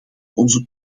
onze